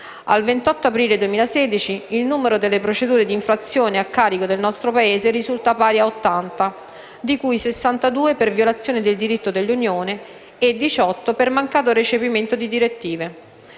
Al 28 aprile 2016, il numero delle procedure d'infrazione a carico del nostro Paese risulta pari a 80, di cui 62 per violazione del diritto dell'Unione e 18 per mancato recepimento di direttive.